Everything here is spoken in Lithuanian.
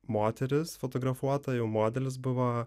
moteris fotografuota jau modelis buvo